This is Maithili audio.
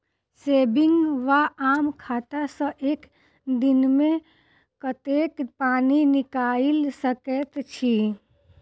सेविंग वा आम खाता सँ एक दिनमे कतेक पानि निकाइल सकैत छी?